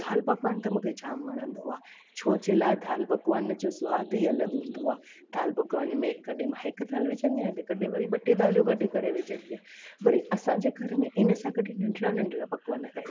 दालि पकवानु त मूंखे जाम वणंदो आहे छो जे लाइ दालि पकवान जो सवाद ई अलॻि हूंदो आहे दालि पकवान में कॾहिं मां हिकु दालि विझंदी आहियां त कॾहिं वरी ॿ टे दालियूं गॾु करे विझंदी आहियां वरी असांजे घर में हिन सां गॾु नंढिड़ा नंढिड़ा पकवान आहिनि